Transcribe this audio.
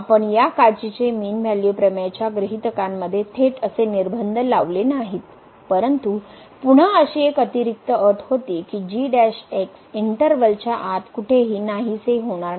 आपण या काचीचे मीन व्हॅल्यू प्रमेयच्या गृहितकांमध्ये थेट असे निर्बंध लावले नाहीत परंतु पुन्हा अशी एक अतिरिक्त अट होती की इंटरवल च्या आत कुठेही नाहीसे होणार नाही